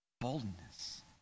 boldness